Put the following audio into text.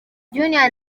junior